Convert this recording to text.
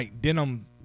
denim